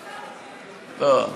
לא,